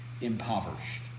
impoverished